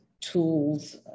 tools